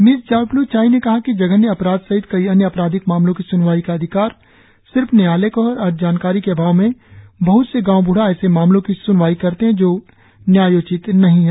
miss जावेप्लू चाई ने कहा कि जघन्य अपराध सहित कई अन्य अपराधिक मामलों की स्नवाई का अधिकार सिर्फ न्यायालय को है और जानकारी के अभाव में बहत से गांव बूढ़ा ऐसे मामलो की स्नवाई करते है जो न्यायोचित नही है